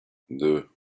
deux